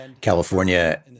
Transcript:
California